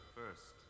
first